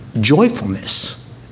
joyfulness